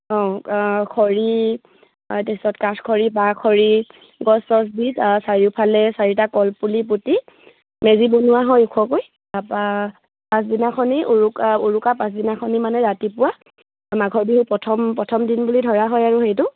অঁ খৰি তাৰপাছত কাঠ খৰি বাঁহ খৰি গছ চছ দি তাৰ চাৰিওফালে চাৰিটা কলপুলি পুতি মেজি বনোৱা হয় ওখকৈ তাৰপৰা পাছদিনাখন উৰুকা উৰুকা পাছদিনাখন মানে ৰাতিপুৱা মাঘৰ বিহুৰ প্ৰথম প্ৰথম দিন বুলি ধৰা হয় আৰু সেইটো